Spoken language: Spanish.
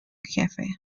jefe